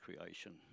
creation